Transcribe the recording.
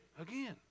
again